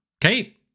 Kate